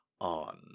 on